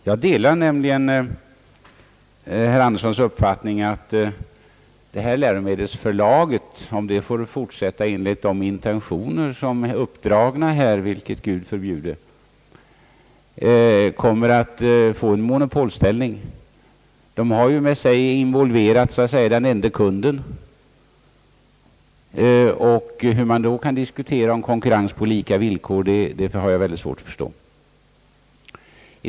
Jag delar herr Anderssons uppfattning att läromedelsförlaget, om det får arbeta enligt de intentioner som har dragits upp — vilket Gud förbjude — kommer att få en monopolställning. Förlaget har ju med sig involverat den enda kunden. Hur man då kan tala om konkurrens på lika villkor har jag mycket svårt att förstå.